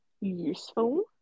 useful